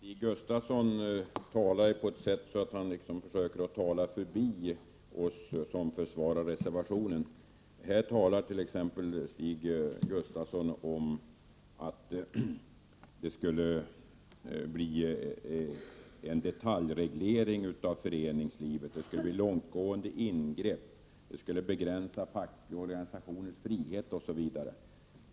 Herr talman! Stig Gustafsson försöker på något vis tala förbi oss som försvarar reservationen. Han säger exempelvis att det skulle bli en detaljreglering av föreningslivet och långtgående ingrepp. Den fackliga organisationens frihet skulle begränsas osv.